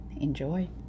Enjoy